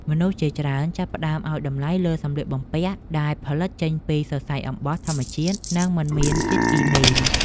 មនុស្សជាច្រើនចាប់ផ្តើមឱ្យតម្លៃលើសម្លៀកបំពាក់ដែលផលិតចេញពីសរសៃអំបោះធម្មជាតិនិងមិនមានជាតិគីមី។